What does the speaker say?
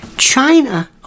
China